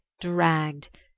dragged